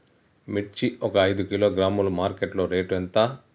మిర్చి ఒక ఐదు కిలోగ్రాముల మార్కెట్ లో రేటు ఎంత?